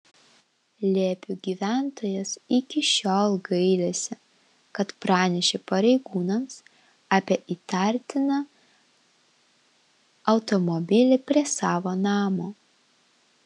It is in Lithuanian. liepių gyventojas iki šiol gailisi kad pranešė pareigūnams apie įtartiną automobilį prie savo namo